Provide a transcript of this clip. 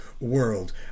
world